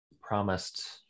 promised